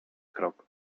krok